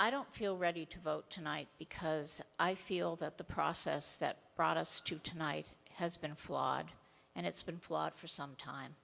i don't feel ready to vote tonight because i feel that the process that brought us to tonight has been flawed and it's been flawed for some time